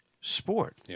sport